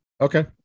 Okay